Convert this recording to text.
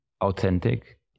authentic